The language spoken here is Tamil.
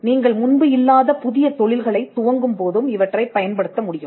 நீங்கள் முன்பு இல்லாத புதிய தொழில்களைத் துவங்கும் போதும் இவற்றைப் பயன்படுத்த முடியும்